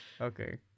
Okay